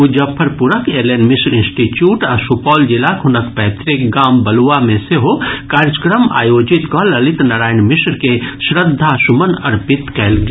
मुजफ्फरपुरक L N Mishra institute आ सुपौल जिलाक हुनक पैतृक गाम बलुआ मे सेहो कार्यक्रम आयोजित कऽ ललित नारायण मिश्र के श्रद्धासुमन अर्पित कयल गेल